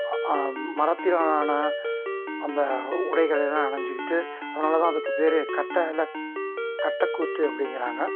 மரத்தினால் ஆன அந்த உடைகளை எல்லாம் அணிஞ்சுக்கிட்டு அதனால் தான் அதுக்கு பேர் கட்டை இல்லை கட்டைக்கூத்து அப்படிங்கிறாங்க